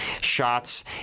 shots